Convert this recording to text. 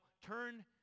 turn